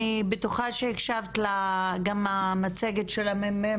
אני בטוחה שהקשבת גם למצגת של המ"מ,